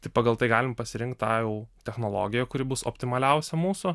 tai pagal tai galim pasirinkt tą jau technologiją kuri bus optimaliausia mūsų